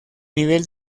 nivel